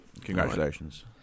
Congratulations